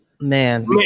Man